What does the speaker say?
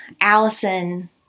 Allison